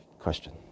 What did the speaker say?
Question